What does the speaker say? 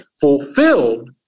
fulfilled